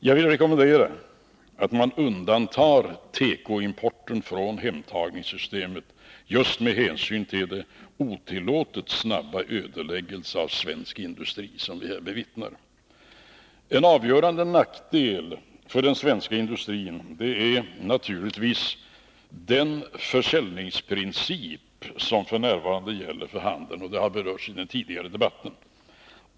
Jag vill rekommendera att tekoimporten undantas från hemtagningssystemet just med hänsyn till den otillåtet snabba ödeläggelse av svensk tekoindustri som vi nu bevittnar. En avgörande nackdel för den svenska industrin är naturligtvis den försäljningsprincip som f. n. gäller för handeln. Det har berörts i den tidigare debatten.